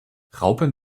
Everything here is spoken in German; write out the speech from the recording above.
raupen